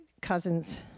cousins